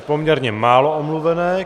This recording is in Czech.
Poměrně málo omluvenek.